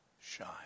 shine